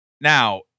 Now